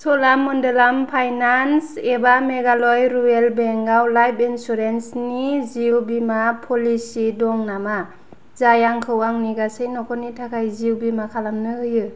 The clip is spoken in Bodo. चलामन्डलाम फाइनान्स एबा मेघालय रुरेल बेंकआव लाइफ इन्सुरेन्सनि जिउ बीमा पलिसि दं नामा जाय आंखौ आंनि गासै न'खरनि थाखाय जिउ बीमा खालामनो होयो